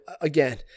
again